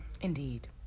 Indeed